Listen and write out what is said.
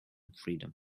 freedom